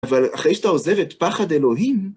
אבל אחרי שאתה עוזב את פחד אלוהים...